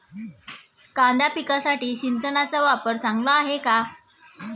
कांदा पिकासाठी सिंचनाचा वापर चांगला आहे का?